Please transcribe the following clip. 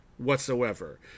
whatsoever